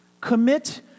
Commit